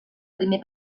primer